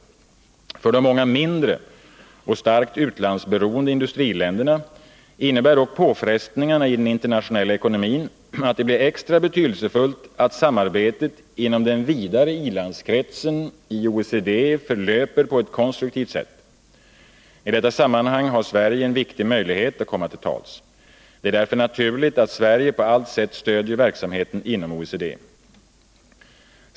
För de många mindre och starkt utlandsberoende industriländerna innebär dock påfrestningarna i den internationella ekonomin att det blir extra betydelsefullt att samarbetet inom den vidare i-landskretsen i OECD förlöper på ett konstruktivt sätt. I detta sammanhang har Sverige en viktig möjlighet att komma till tals. Det är därför naturligt att Sverige på allt sätt stödjer verksamheten inom OECD.